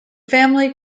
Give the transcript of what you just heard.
family